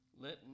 Let